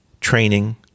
training